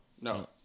No